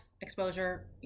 exposure